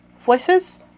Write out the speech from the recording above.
Voices